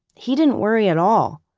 he didn't worry at all.